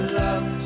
love